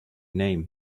name